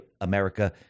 America